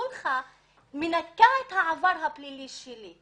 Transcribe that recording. הסולחה מנקה את העבר הפלילי שלי.